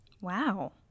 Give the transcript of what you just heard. Wow